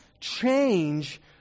change